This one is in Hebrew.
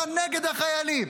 אתה נגד החיילים.